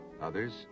others